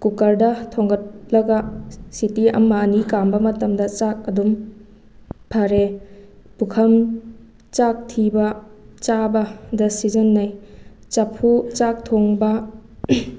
ꯀꯨꯀꯔꯗ ꯊꯣꯡꯒꯠꯂꯒ ꯁꯤꯇꯤ ꯑꯃ ꯑꯅꯤ ꯀꯥꯝꯕ ꯃꯇꯝꯗ ꯆꯥꯛ ꯑꯗꯨꯝ ꯐꯔꯦ ꯄꯨꯛꯈꯝ ꯆꯥꯛ ꯊꯤꯕ ꯆꯥꯕꯗ ꯁꯤꯖꯟꯅꯩ ꯆꯐꯨ ꯆꯥꯛ ꯊꯣꯡꯕ